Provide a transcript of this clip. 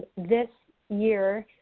this year,